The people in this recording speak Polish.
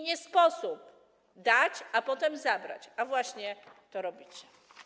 Nie sposób dać, a potem zabrać, a to właśnie robicie.